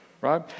right